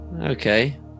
Okay